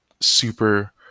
super